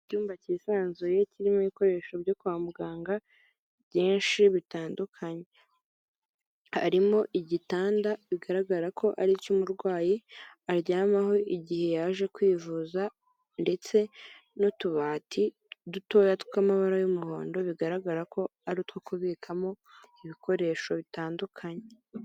Icyumba cyisanzuye kirimo ibikoresho byo kwa muganga byinshi bitandukanye, harimo igitanda bigaragara ko ari icy'umurwayi aryamaho igihe yaje kwivuza, ndetse n'utubati dutoya tw'amabara y'umuhondo bigaragara ko ari utwo kubikamo ibikoresho bitandukanye.